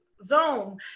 Zoom